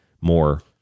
more